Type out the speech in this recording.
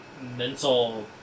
mental